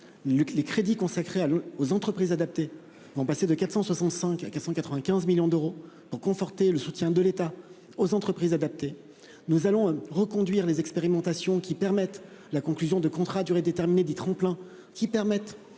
les crédits consacrés aux entreprises adaptées passeront de 465 millions d'euros à 495 millions d'euros pour conforter le soutien de l'État aux entreprises adaptées. Nous reconduirons les expérimentations qui permettent la conclusion de contrats à durée déterminée dits CDD tremplin, qui permettent